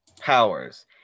powers